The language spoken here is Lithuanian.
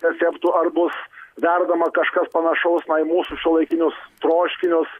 receptų ar bus verdama kažkas panašaus į mūsų šiuolaikinius troškinius